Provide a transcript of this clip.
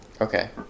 Okay